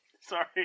Sorry